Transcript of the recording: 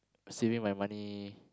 saving my money